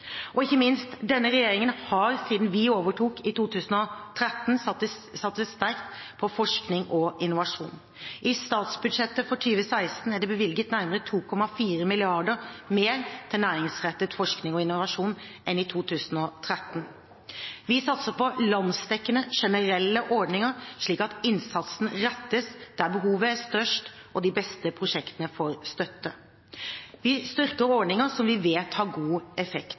Og ikke minst, denne regjeringen har siden vi overtok i 2013, satset sterkt på forskning og innovasjon. I statsbudsjettet for 2016 er det bevilget nærmere 2,4 mrd. kr mer til næringsrettet forskning og innovasjon enn i 2013. Vi satser på landsdekkende generelle ordninger, slik at innsatsen rettes dit behovet er størst, og de beste prosjektene får støtte. Vi styrker ordninger som vi vet har god effekt.